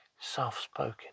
soft-spoken